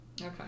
Okay